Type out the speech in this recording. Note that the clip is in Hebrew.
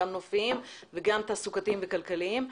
גם נופיים וגם תעסוקתיים וכלכליים.